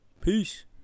Peace